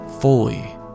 fully